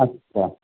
अच्छा